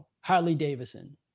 Harley-Davidson